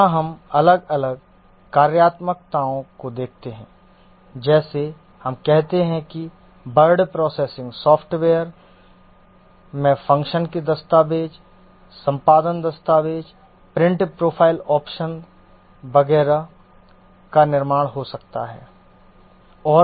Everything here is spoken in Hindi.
यहां हम अलग अलग कार्यात्मकताओं को देखते हैं जैसे हम कहते हैं कि वर्ड प्रोसेसिंग सॉफ़्टवेयर में फ़ंक्शंस में दस्तावेज़ संपादन दस्तावेज़ प्रिंट फ़ाइल ऑपरेशन वगैरह का निर्माण हो सकता है